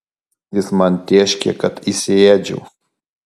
jis man tėškė kad įsiėdžiau